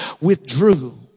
withdrew